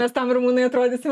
nes ten rumunai atrodytų